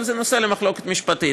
אבל זה נושא למחלוקת משפטית.